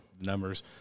numbers